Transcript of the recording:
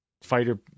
fighter